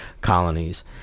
colonies